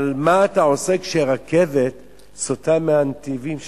אבל מה אתה עושה כשרכבת סוטה מהנתיבים שלה,